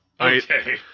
okay